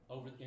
Over